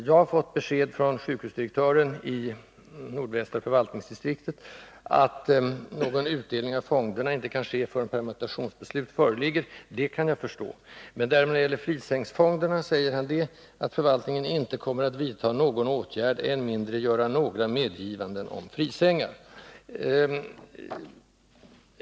Jag har fått besked från sjukhusdirektören i nordvästra förvaltningsdistriktet att någon utdelning från fonderna inte kan ske förrän permutationsbeslut föreligger. Det kan jag förstå. Men när det gäller frisängsfonderna säger han att förvaltningen inte kommer att vidta någon åtgärd, än mindre göra några medgivanden om frisängar.